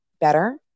better